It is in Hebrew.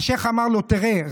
השייח' אמר לו: תראה,